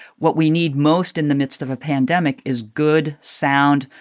what we need most in the midst of a pandemic is good, sound,